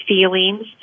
feelings